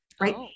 Right